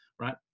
right